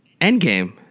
Endgame